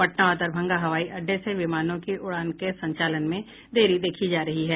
पटना और दरभंगा हवाई अड्डे से विमानों की उड़ान के संचालन में देरी देखी जा रही है